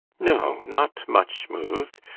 no, not much mov'd.